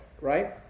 right